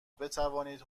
بتوانید